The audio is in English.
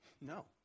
No